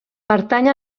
pertany